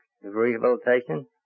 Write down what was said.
Rehabilitation